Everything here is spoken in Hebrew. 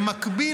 במקביל,